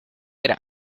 era